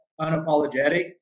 unapologetic